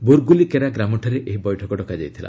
ବୁରଗୁଲିକେରା ଗ୍ରାମଠାରେ ଏହି ବୈଠକ ଡକାଯାଇଥିଲା